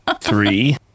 Three